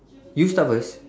you start first